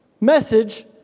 message